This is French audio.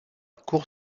cour